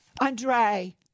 Andre